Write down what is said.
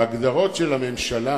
בהגדרות של ממשלה,